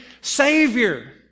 Savior